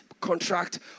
contract